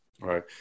right